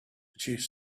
chief